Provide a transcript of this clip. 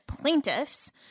plaintiffs